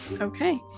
Okay